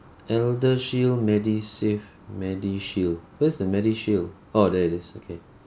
eldershield medisave medishield where's the medishield orh there it is okay